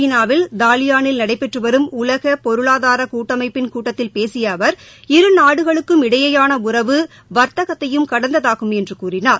சீனாவில் தாலியானில் நடைபெற்று வரும் உலக பொருளாதார கூட்டணம்பபின் கூட்டத்தில் பேசிய அவர் இரு நாடுகளுக்கும் இடையேயான உறவு வர்த்தகத்தையும் கடந்ததாகும் என்று கூறினார்